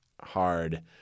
hard